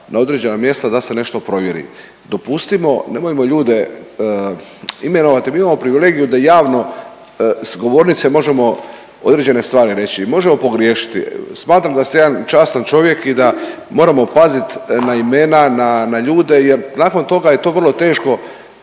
na određena mjesta da se nešto provjeri. Dopustimo nemojmo ljude imenovati, mi imamo privilegiju da javno s govornice možemo određene stvari reći i možemo pogriješiti. Smatram da ste jedan častan čovjek i da moramo pazit na imena, na ljude jer nakon toga je to vrlo teško,